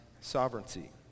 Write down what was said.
sovereignty